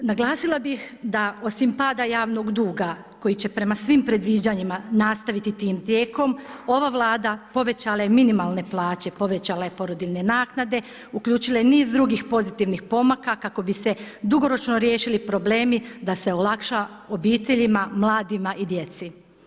Naglasila bih da osim pada javnog duga koji će prema svim predviđanjima nastaviti tim tijekom, ova Vlada povećala je minimalne plaće, povećala je porodiljne naknade, uključila je i niz drugih pozitivnih pomaka kako bi se dugoročno riješili problemi da se olakša obiteljima, mladima i djeci.